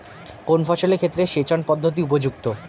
কোন ফসলের ক্ষেত্রে সেচন পদ্ধতি উপযুক্ত?